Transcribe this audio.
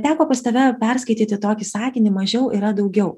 teko pas tave perskaityti tokį sakinį mažiau yra daugiau